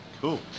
Cool